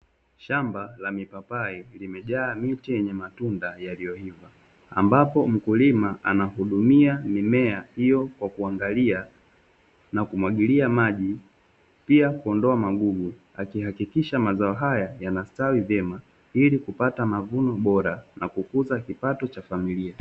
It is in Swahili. Shamba la mipapai limejaa miti yenye matunda yaliyoiva, ambapo mkulima anahudumia mimea hiyo kwa kuangalia na kumwagilia maji pia kuondoa magugu akihakikisha kwamba mazao hayo yanastawi vyema ili kukuza kipato cha familia.